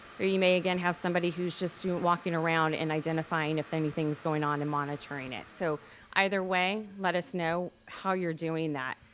or you may again have somebody who's just walking around and identifying if anything's going on and monitoring it. so either way, let us know how you're doing that.